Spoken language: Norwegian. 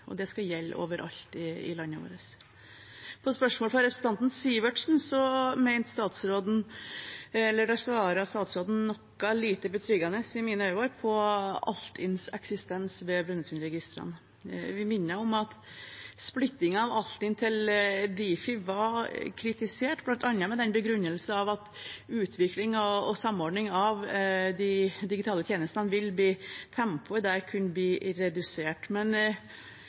og det skal gjelde overalt i landet vårt. På spørsmål fra representanten Sivertsen svarte statsråden i mine øyne noe lite betryggende på Altinns eksistens ved Brønnøysundregistrene. Jeg vil minne om at splitting av Altinn til Difi var kritisert, bl.a. med den begrunnelse at tempoet på utvikling og samordning av de digitale tjenestene kunne bli redusert.